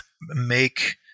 make